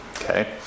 Okay